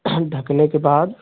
ढकने के बाद